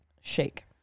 Shake